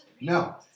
No